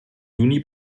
juni